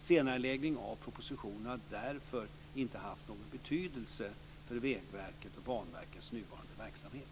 Senareläggningen av propositionen har därför inte haft någon betydelse för Vägverkets och Banverkets nuvarande verksamhet.